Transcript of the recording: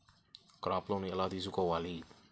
Crop loan ఎలా తీసుకోవాలి?